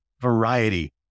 variety